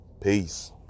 Peace